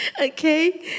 Okay